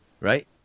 right